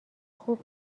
خوب